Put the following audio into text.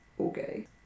Okay